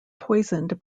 poisoned